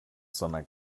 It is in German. sondern